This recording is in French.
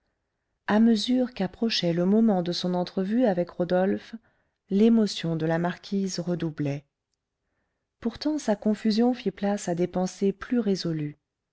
à mesure qu'approchait le moment de son entrevue avec rodolphe l'émotion de la marquise redoublait pourtant sa confusion fit place à des pensées plus résolues